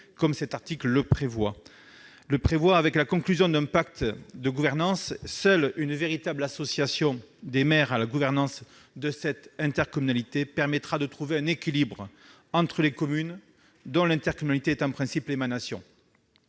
de cet article, qui prévoit l'instauration d'un pacte de gouvernance. Seule une véritable association des maires à la gouvernance de l'intercommunalité permettra de trouver un équilibre entre les communes, dont l'intercommunalité est en principe l'émanation.